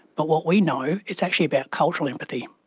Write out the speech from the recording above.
but what we know, it's actually about cultural empathy.